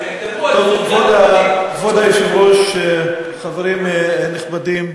כבוד היושב-ראש, חברים נכבדים,